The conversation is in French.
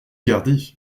gardé